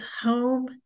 home